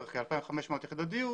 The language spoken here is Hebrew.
בערך כ-2,500 יחידות דיור,